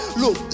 look